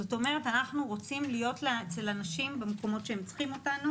זאת אומרת שאנחנו רוצים להיות אצל אנשים במקומות שהם צריכים אותנו.